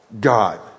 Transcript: God